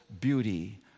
beauty